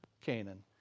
Canaan